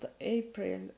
April